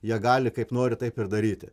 jie gali kaip nori taip ir daryti